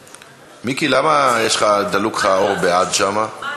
מיקי, למה דלוק לך שם האור בעד, שם?